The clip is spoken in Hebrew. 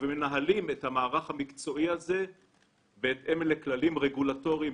ומנהלים את המערך המקצועי הזה בהתאם לכללים רגולטוריים